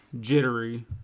jittery